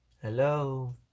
hello